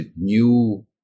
new